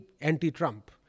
anti-Trump